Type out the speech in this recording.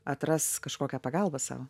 atras kažkokią pagalbą sau